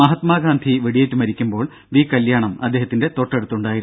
മഹാത്മാഗാന്ധി വെടിയേറ്റു മരിക്കുമ്പോൾ വി കല്യാണം അദ്ദേഹത്തിന്റെ തൊട്ടടുത്തുണ്ടായിരുന്നു